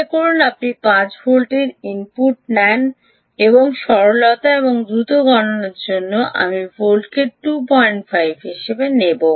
মনে করুন আপনি 5 ভোল্টের ইনপুট নেন এবং সরলতা এবং দ্রুত গণনার জন্য আমি ভোল্টকে 25 ভোল্ট হিসাবে নেব